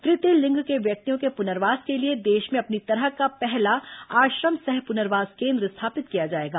तृतीय लिंग के व्यक्तियों के पुनर्वास के लिए देश में अपनी तरह का पहला आश्रम सह पुनर्वास केन्द्र स्थापित किया जाएगा